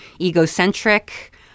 egocentric